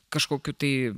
kažkokių tai